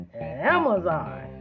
Amazon